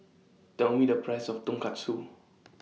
Tell Me The Price of Tonkatsu